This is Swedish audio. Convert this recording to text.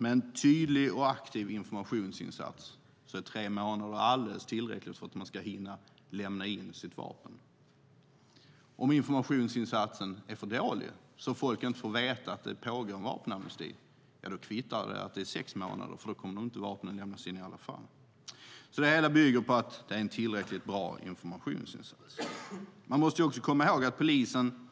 Med en tydlig och aktiv informationsinsats tror jag att tre månader är alldeles tillräckligt för att man ska hinna lämna in sitt vapen. Om informationsinsatsen är för dålig så att folk inte får veta att det pågår en vapenamnesti kvittar det om det är sex månader eftersom vapnen i så fall inte kommer att lämnas in i alla fall. Det hela bygger alltså på att det är en tillräckligt bra informationsinsats. Man måste också komma ihåg att polisen